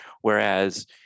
Whereas